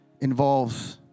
involves